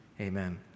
amen